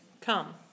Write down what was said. come